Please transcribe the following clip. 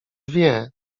wie